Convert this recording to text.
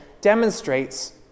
demonstrates